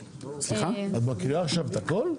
את מקריאה עכשיו את הכל?